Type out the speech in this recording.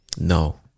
No